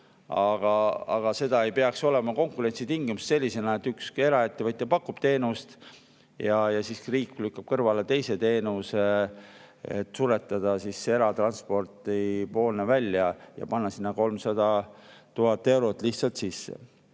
aga see ei peaks olema konkurentsitingimustes sellisena, et üks eraettevõtja pakub teenust, aga siis riik lükkab kõrvale teise teenuse, et suretada eratransport välja, pannes sinna 300 000 eurot lihtsalt sisse.